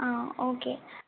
ആ ഓക്കെ